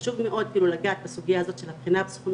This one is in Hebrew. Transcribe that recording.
חשוב מאוד לגעת בסוגיית הזאת של הבחינה הפסיכומטרית,